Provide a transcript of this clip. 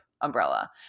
umbrella